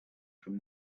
from